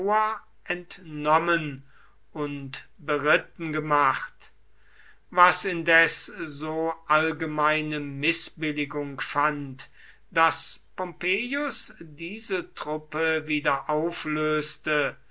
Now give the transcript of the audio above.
entnommen und beritten gemacht was indes so allgemeine mißbilligung fand daß pompeius diese truppe wieder auflöste